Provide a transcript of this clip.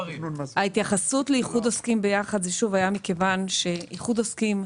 ההתייחסות לאיחוד עוסקים ביחד הייתה מכיוון שבחלק